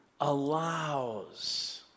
allows